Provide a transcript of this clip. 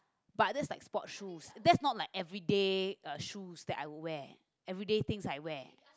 but that is like sport shoe that's not like everyday a shoe that I wear everyday thing I wear